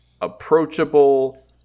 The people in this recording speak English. approachable